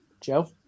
Joe